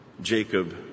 Jacob